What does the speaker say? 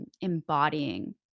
embodying